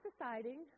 deciding